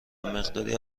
مقداری